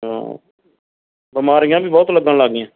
ਹਾਂ ਬਿਮਾਰੀਆਂ ਵੀ ਬਹੁਤ ਲੱਗਣ ਲੱਗ ਗਈਆਂ